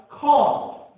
called